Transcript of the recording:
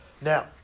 Now